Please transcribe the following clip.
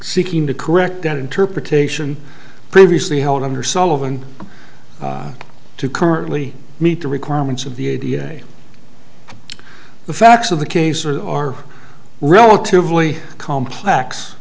seeking to correct an interpretation previously held under sullivan to currently meet the requirements of the idea the facts of the case are are relatively complex